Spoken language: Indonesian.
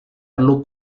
perlu